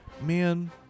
man